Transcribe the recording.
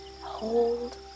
hold